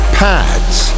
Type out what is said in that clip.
pads